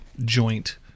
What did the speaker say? joint